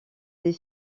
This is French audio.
des